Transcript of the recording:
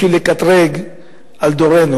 בשביל לקטרג על דורנו.